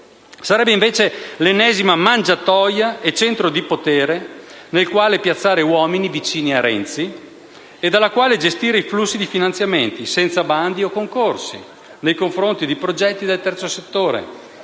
sarebbe invece l'ennesima mangiatoia e centro di potere in cui piazzare uomini vicini a Renzi e dalla quale gestire i flussi di finanziamenti, senza bandi o concorsi, nei confronti di progetti del terzo settore.